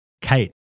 Kate